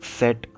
set